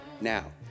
Now